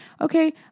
okay